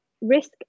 risk